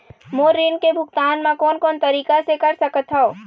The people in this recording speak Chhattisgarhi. मोर ऋण के भुगतान म कोन कोन तरीका से कर सकत हव?